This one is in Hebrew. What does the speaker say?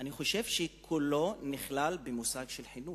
אני חושב שקולו נכלל במושג של חינוך.